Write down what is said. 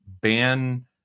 ban